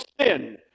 sin